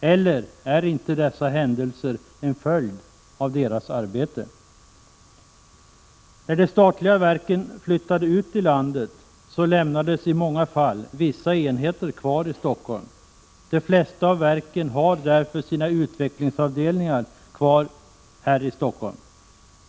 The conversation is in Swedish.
Eller är inte dessa händelser en följd av dess arbete? När de statliga verken flyttade ut i landet, lämnades i många fall vissa enheter kvar i Stockholm. De flesta av verken har därför sina utvecklingsavdelningar kvar här i Stockholm.